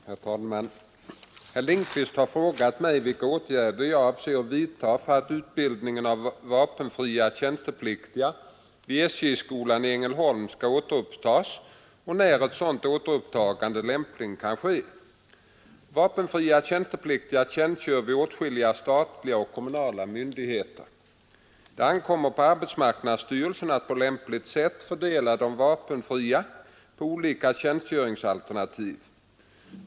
Herr talman! Herr Lindkvist har frågat mig vilka åtgärder jag avser att vidta för att utbildningen av vapenfria tjänstepliktiga vid SJ-skolan i Ängelholm skall återupptas och när ett sådant återupptagande lämpligen kan ske. Vapenfria tjänstepliktiga tjänstgör vid åtskilliga statliga och kommunala myndigheter. Det ankommer på arbetsmarknadsstyrelsen att på lämpligt sätt fördela de vapenfria på olika tjänstgöringsalternativ.